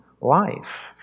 life